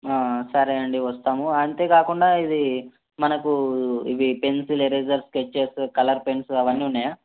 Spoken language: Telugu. సరే అండి వస్తాము అంతేకాకుండా ఇది మనకు ఇవి pencil eraser sketches colour pens అవన్నీ ఉన్నాయా